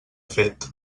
fet